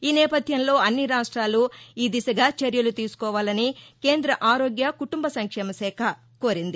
ఈ నేపథ్యంలో అన్ని రాష్టాలూ ఈ దిశగా చర్యలు తీసుకోవాలని కేంద ఆరోగ్య కుటుంబ సంక్షేమశాఖ కోరింది